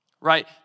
Right